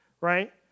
right